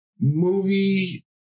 movie